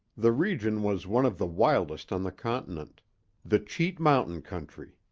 the region was one of the wildest on the continent the cheat mountain country.